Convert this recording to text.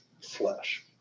flesh